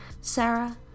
Sarah